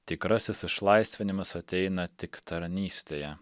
tikrasis išlaisvinimas ateina tik tarnystėje